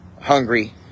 hungry